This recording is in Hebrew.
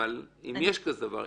אם יש דבר כזה.